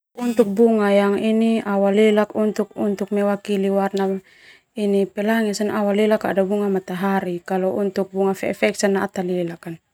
Bunga yang untuk mewakili warna pelangi sona au alelak ada bunga matahari, kalo untuk bunga fe'ek sona atalelak.